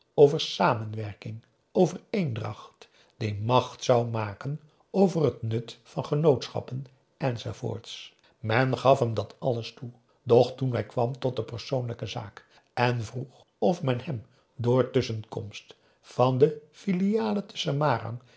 over samenwerking over eendracht die macht zou maken over het nut van genootschappen enz men gaf hem dat alles toe doch toen hij kwam tot de persoonlijke zaak en vroeg of men hem door tusschenkomst van de filiale te